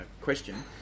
question